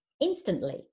instantly